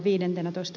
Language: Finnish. päivänä